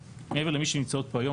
מעבר למי שנמצאות פה היום,